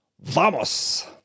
Vamos